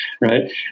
right